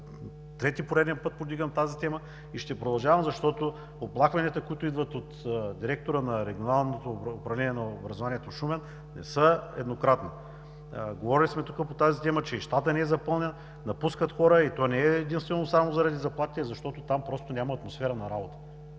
трети пореден път повдигам тази тема и ще продължавам, защото оплакванията, които идват от директора на Регионалното управление на образованието в Шумен, не са еднократни. Говорили сме тук по тази тема, че и щатът не е запълнен, напускат хора и то не единствено само заради заплатите, а защото там просто няма атмосфера на работа.